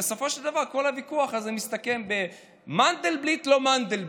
ובסופו של דבר כל הוויכוח הזה מסתכם במנדלבליט לא מנדלבליט,